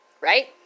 Right